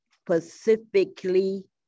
specifically